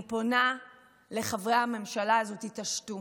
אני פונה לחברי הממשלה הזאת: תתעשתו.